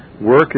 Work